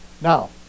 Now